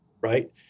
right